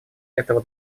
этого